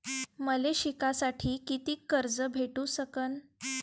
मले शिकासाठी कितीक कर्ज भेटू सकन?